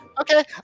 Okay